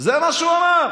זה מה שהוא אמר.